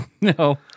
No